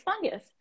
fungus